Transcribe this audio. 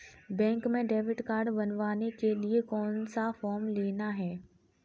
Bank में debit card बनवाने के लिए कौन सा फॉर्म लेना है?